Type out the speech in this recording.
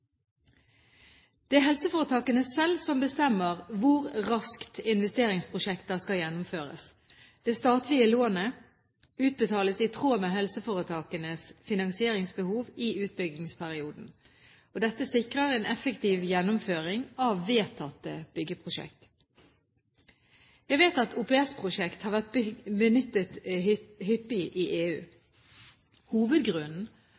Det er helseforetakene selv om bestemmer hvor raskt investeringsprosjekter skal gjennomføres. Det statlige lånet utbetales i tråd med helseforetakenes finansieringsbehov i utbyggingsperioden. Dette sikrer en effektiv gjennomføring av vedtatte byggeprosjekter. Jeg vet at OPS-prosjekter har vært benyttet hyppig i EU. Hovedgrunnen